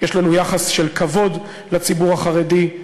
יש לנו יחס של כבוד לציבור החרדי.